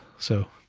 so,